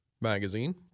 magazine